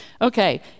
Okay